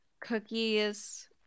cookies